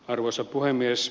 arvoisa puhemies